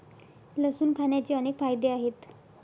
लसूण खाण्याचे अनेक फायदे आहेत